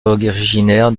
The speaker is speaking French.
originaire